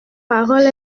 parole